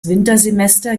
wintersemester